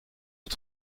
het